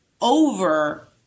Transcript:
over